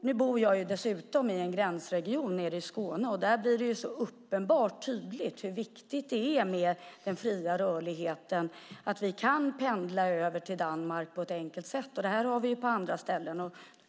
Nu bor jag dessutom i en gränsregion nere i Skåne. Där blir det uppenbart och tydligt hur viktigt det är med den fria rörligheten och att vi kan pendla över till Danmark på ett enkelt sätt. Detta har vi på andra ställen också.